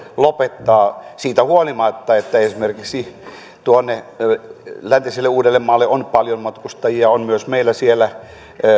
lopettaa siitä huolimatta että esimerkiksi läntiselle uudellemaalle on paljon matkustajia ja on myös meillä siellä